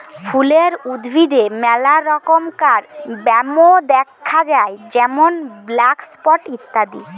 ফুলের উদ্ভিদে মেলা রমকার ব্যামো দ্যাখা যায় যেমন ব্ল্যাক স্পট ইত্যাদি